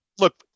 look